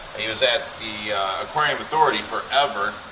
he was at the aquarium authority forever.